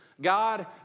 God